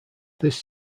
this